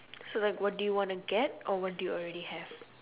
so like what do you want to get or what do you already have